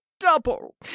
Double